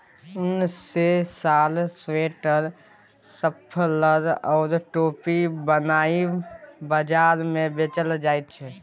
उन सँ साल, स्वेटर, मफलर आ टोपी बनाए बजार मे बेचल जाइ छै